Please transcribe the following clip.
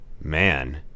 Man